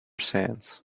sands